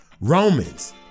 Romans